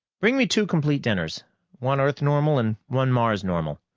bring me two complete dinners one earth-normal and one mars-normal.